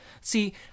See